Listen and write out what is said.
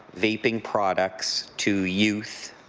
vaping products to youth,